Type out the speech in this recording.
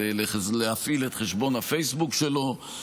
ולהפעיל את חשבון הפייסבוק שלו?